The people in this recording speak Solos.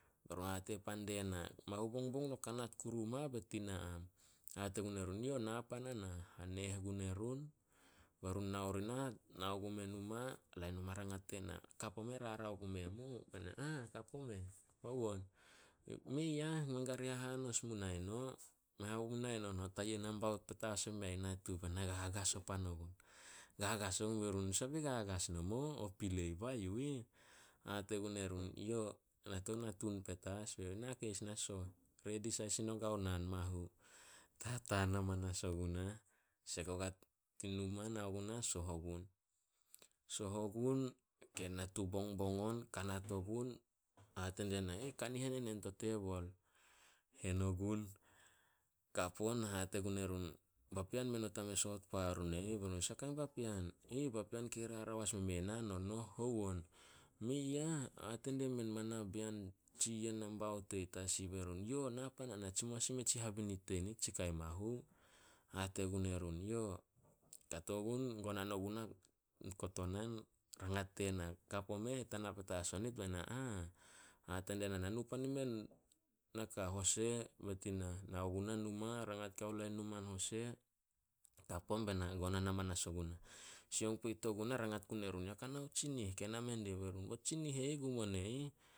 Ba run hate pan die na, "Mahu bong no kanat kuru oma ba nit i na am." Hate gun erun, "Yo na pan a nah." Haneh gun erun be run nao ri nah, nao gume numa, lain numa rangat die na, "Kap omeh rarao pume mu?" Be na, "Kap omeh, hou on." "Mei ah, men kari hahanos mu nae no. Men hapu mu nae no tayia nambaut petas omea ih natu." Bae na gagas o pan o gun- gagas ogun. Be run, "Saba gagas nomo? O pilei bah yu ih." Hate gun erun, "Yo na tou na tun petas." "Be youh, na keis na soh, redi sai sin o kao naan mahu." Tataan hamanas o gunah, sek ogua tin numa nao gunah soh ogun. Soh kanihen enen to teibol. Hen ogun, kap on, hate gun erun, "Papean mei not a me soot pua run e ih?" Be run, "Saha kain papean?" "Papean kei rarao as me mei na nonoh." Hou on?" "Mei ah, hate die men ma na bean tsi yen nambaut e ih tasi." Be run, "Yo na pan a nah. "Na tsimou as i meh tsi habinit tin tsi kai mahu." Hate gun erun, "Yo." Kato gun gonan ogunah i kotonan, rangat die na, "Kap omeh, tana petas o nit?" Be na, hate die na, "Na nu pan i me, naka hose be nit mu nah." Nao guna numa, rangat guao lain numa in hose, kap on bae na gonan amanas ogun. Sioung poit ogunah rangat gun erun, "Ya kao na tsinih ke name dih?" Be run, "Bo tsinih e ih gum on e ih."